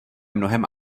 mnohem